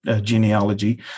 genealogy